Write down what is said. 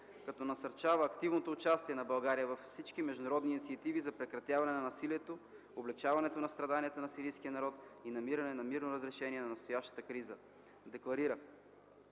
като насърчава активното участие на България във всички международни инициативи за прекратяване на насилието, облекчаване на страданията на сирийския народ и намиране на мирно разрешение на настоящата криза, ДЕКЛАРИРА: